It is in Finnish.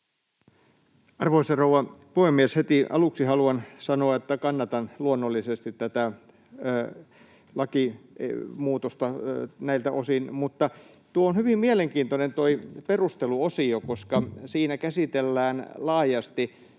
Arvoisa rouva puhemies! Heti aluksi haluan sanoa, että kannatan luonnollisesti tätä lakimuutosta näiltä osin, mutta tuo perusteluosio on hyvin mielenkiintoinen, koska siinä käsitellään laajasti